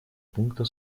пункта